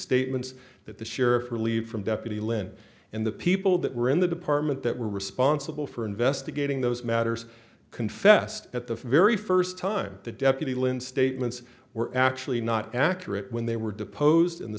statements that the sheriff relieved from deputy lynn and the people that were in the department that were responsible for investigating those matters confessed at the very first time the deputy lynn statements were actually not accurate when they were deposed in the